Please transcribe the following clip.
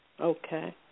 Okay